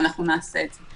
ואנחנו אכן נעשה את זה.